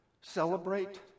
celebrate